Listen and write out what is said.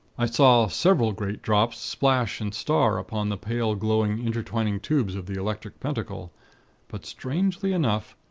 i saw several great drops splash and star upon the pale glowing intertwining tubes of the electric pentacle but, strangely enough,